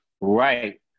Right